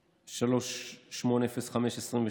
380523,